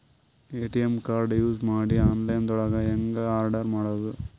ATM card use ಮಾಡಿ online ದೊಳಗೆ ಹೆಂಗ್ ಆರ್ಡರ್ ಮಾಡುದು?